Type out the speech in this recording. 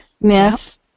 myth